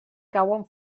cauen